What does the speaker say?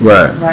Right